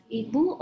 ibu